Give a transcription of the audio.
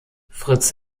fritz